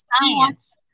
science